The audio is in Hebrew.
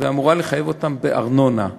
ואמורה לחייב אותם בארנונה,